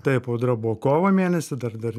taip audra buvo kovo mėnesį dar dar